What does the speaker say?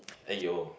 !aiyo!